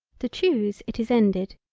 to choose it is ended,